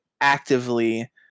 actively